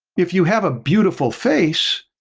if you have a beautiful face,